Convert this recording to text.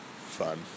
fun